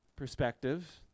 perspective